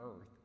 earth